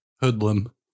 hoodlum